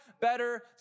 better